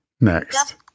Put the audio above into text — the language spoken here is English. Next